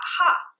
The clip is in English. aha